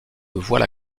voient